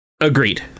Agreed